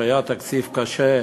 שהיה תקציב קשה,